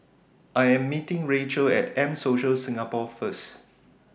I Am meeting Rachel At M Social Singapore First